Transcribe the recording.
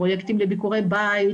פרוייקטים לביקורי בית,